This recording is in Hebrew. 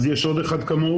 אז יש עוד אחד כמוהו,